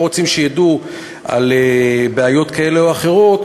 רוצים שידעו על בעיות כאלה או אחרות,